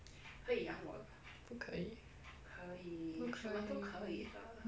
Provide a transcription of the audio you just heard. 不可以不可以